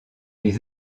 les